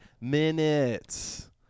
minutes